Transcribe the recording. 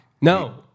No